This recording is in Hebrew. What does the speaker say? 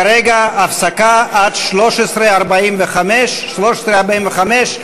כרגע הפסקה עד 13:45. 13:45,